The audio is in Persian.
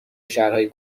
شهرهای